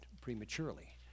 prematurely